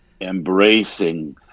embracing